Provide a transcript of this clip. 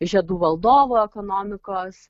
žiedų valdovo ekonomikos